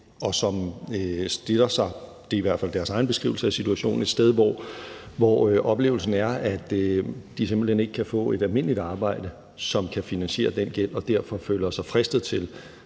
og som stiller sig et sted – det er i hvert fald deres egen beskrivelse af situationen – hvor oplevelsen er, at de simpelt hen ikke kan få et almindeligt arbejde, som kan finansiere den gæld, og derfor føler sig fristet til